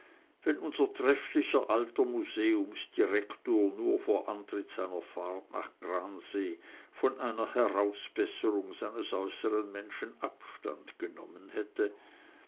wenn unser trefflicher alter museumsdirektor nur vor antritt seiner fahrt nach gransee von einer herausbesserung seines äußeren menschen abstand genommen hätte